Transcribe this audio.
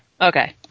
Okay